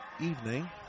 evening